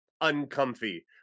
uncomfy